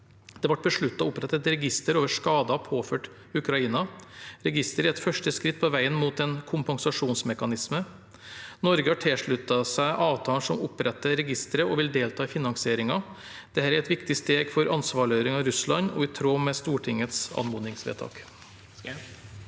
Det ble besluttet å opprette et register over skader påført Ukraina. Registeret er et første skritt på veien mot en kompensasjonsmekanisme. Norge har tilsluttet seg avtalen som oppretter registeret, og vil delta i finansieringen. Det er et viktig steg for ansvarliggjøring av Russland og i tråd med Stortingets anmodningsvedtak.